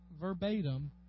verbatim